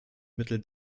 mittel